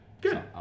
Good